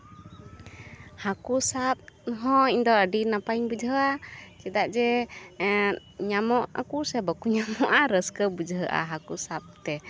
ᱦᱟᱹᱠᱩ ᱥᱟᱵ ᱦᱚᱸ ᱤᱧ ᱫᱚ ᱟᱹᱰᱤ ᱱᱟᱯᱟᱭᱤᱧ ᱵᱩᱡᱷᱟᱹᱣᱟ ᱪᱮᱫᱟᱜ ᱡᱮ ᱧᱟᱢᱚᱜᱼᱟ ᱠᱚ ᱥᱮ ᱵᱟᱠᱚ ᱧᱟᱢᱚᱜᱼᱟ ᱨᱟᱹᱥᱠᱟᱹ ᱵᱩᱡᱷᱟᱹᱜᱼᱟ ᱦᱟᱹᱠᱩ ᱥᱟᱵᱛᱮ